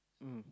mm